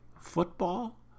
football